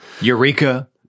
Eureka